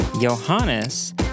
Johannes